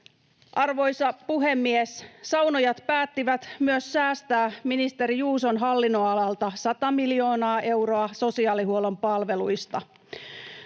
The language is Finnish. Arvoisa puhemies! Saunojat päättivät myös säästää ministeri Juuson hallinnonalalta 100 miljoonaa euroa sosiaalihuollon palveluista.